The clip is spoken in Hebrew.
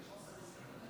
48 בעד, 60 נגד.